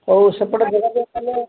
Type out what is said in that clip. ହଉ ସେପଟେ